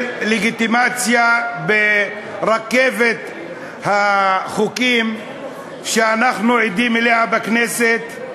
לגיטימציה ברכבת החוקים שאנחנו עדים לה בכנסת,